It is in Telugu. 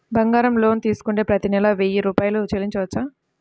బంగారం లోన్ తీసుకుంటే ప్రతి నెల వెయ్యి రూపాయలు చెల్లించవచ్చా?